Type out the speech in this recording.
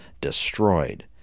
destroyed